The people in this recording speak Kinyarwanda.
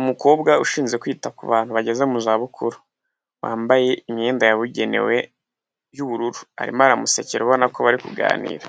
umukobwa ushinzwe kwita ku bantu bageze mu zabukuru. Wambaye imyenda yabugenewe y'ubururu arimo aramusekera abona ko bari kuganira.